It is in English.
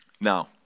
Now